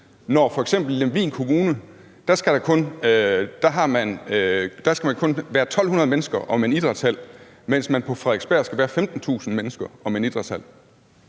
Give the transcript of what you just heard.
man f.eks. i Lemvig Kommune kun skal være 1.200 mennesker om en idrætshal, mens man på Frederiksberg skal være 15.000 mennesker om en idrætshal?